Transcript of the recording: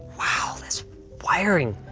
wow, this wiring,